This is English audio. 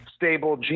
Stable